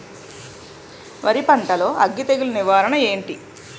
వరి పంటలో అగ్గి తెగులు నివారణ ఏంటి?